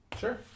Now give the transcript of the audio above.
sure